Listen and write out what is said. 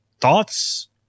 thoughts